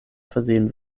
versehen